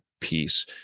piece